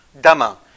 Dama